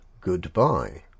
goodbye